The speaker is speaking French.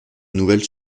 nouvelles